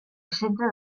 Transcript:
centre